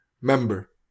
member